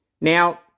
Now